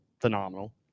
phenomenal